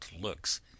looks